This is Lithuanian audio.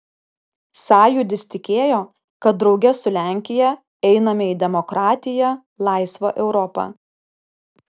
sąjūdis tikėjo kad drauge su lenkija einame į demokratiją laisvą europą